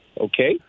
Okay